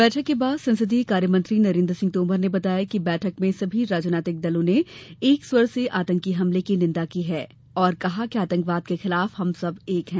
बैठक के बाद संसदीय कार्यमंत्री नरेन्द्र सिंह तोमर ने बताया कि बैठक में सभी राजनीतिक दलों ने एक स्वर से आतंकी हमले की निंदा की है और कहा कि आतंकवाद के खिलाफ हम सब एक हैं